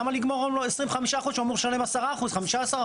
למה לגמור לנו 25% כאשר אמורים לשלם 10% 15%?